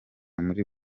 muri